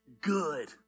good